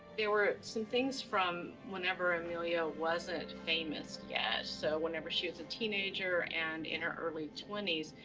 there were some things from whenever amelia wasn't famous yet. so whenever she was a teenager and in her early twenty s,